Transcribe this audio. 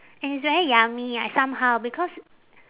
and it's very yummy like somehow because